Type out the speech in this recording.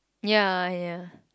ya ya